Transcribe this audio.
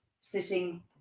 sitting